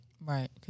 Right